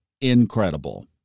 incredible